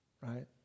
right